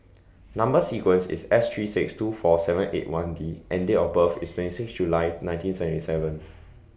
Number sequence IS S three six two four seven eight one D and Date of birth IS twenty six July nineteen seventy seven